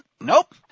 Nope